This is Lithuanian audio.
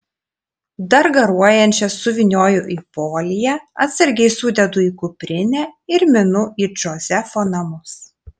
dar garuojančias suvynioju į foliją atsargiai sudedu į kuprinę ir minu į džozefo namus